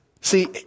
See